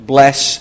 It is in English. Bless